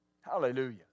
Hallelujah